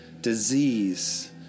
disease